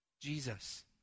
Jesus